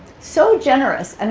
so generous. and